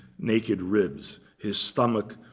naked ribs. his stomach,